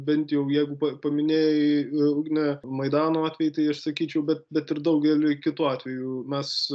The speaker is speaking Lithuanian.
bent jau jeigu pa paminėjai ugne maidano antveidį tai aš sakyčiau bet bet ir daugeliui kitų atvejų mes